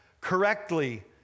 correctly